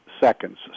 seconds